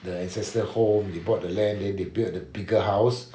the ancestor home they bought the land then they built a bigger house